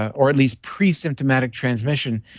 or at least presymptomatic transmission,